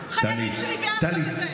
חיילים שלי בעזה.